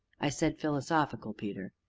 i said philosophical, peter.